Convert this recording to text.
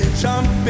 jump